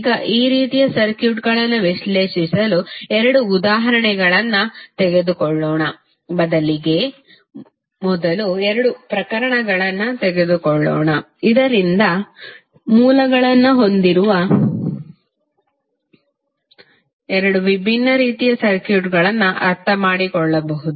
ಈಗ ಈ ರೀತಿಯ ಸರ್ಕ್ಯೂಟ್ಗಳನ್ನು ವಿಶ್ಲೇಷಿಸಲು ಎರಡು ಉದಾಹರಣೆಗಳನ್ನು ತೆಗೆದುಕೊಳ್ಳೋಣ ಬದಲಿಗೆ ಮೊದಲು ಎರಡು ಪ್ರಕರಣಗಳನ್ನು ತೆಗೆದುಕೊಳ್ಳೋಣ ಇದರಿಂದ ಸರ್ಕ್ಯೂಟ್ ಮೂಲಗಳನ್ನು ಹೊಂದಿರುವ ಎರಡು ವಿಭಿನ್ನ ರೀತಿಯ ಸರ್ಕ್ಯೂಟ್ಗಳನ್ನು ಅರ್ಥಮಾಡಿಕೊಳ್ಳಬಹುದು